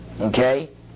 okay